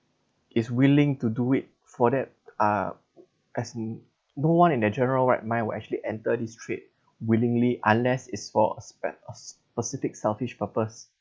is willing to do it for that uh as no one in their general right mind would actually enter this trade willingly unless it's for a spec us specific selfish purpose